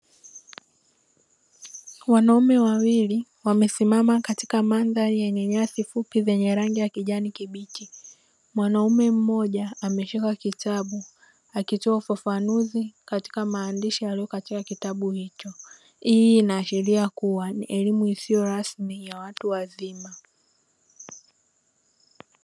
Wanaume wawili wamesimama katika madhari yenye nyasi fupi zenye rangi ya kijani kibichi, mwanaume mmoja ameshika kitabu akitoa ufafanuzi katika maandishi yalio katika kitabu hicho, hii inaashiria kuwa ni elimu isiyo rasmi ya watu wazima.